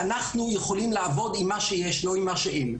ואנחנו יכולים לעבוד עם מה שיש ולא עם מה שאין.